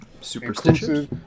superstitious